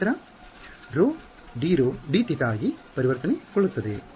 ತದನಂತರ ρdρdθ ಆಗಿ ಪರಿವರ್ತನೆಗೊಳ್ಳುತ್ತದೆ